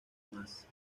más